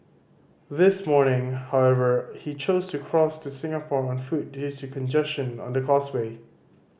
this morning however he chose to cross to Singapore on foot due to congestion on the causeway